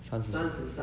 三十